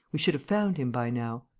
we should have found him by now.